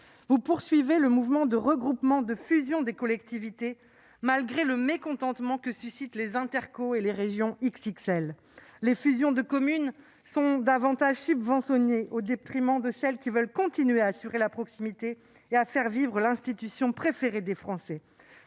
poursuit le mouvement de regroupement et de fusion des collectivités, malgré le mécontentement que suscitent les intercommunalités et les régions XXL. Les communes qui fusionnent sont davantage subventionnées, au détriment de celles qui veulent continuer à assurer la proximité et à faire vivre l'institution préférée des Français.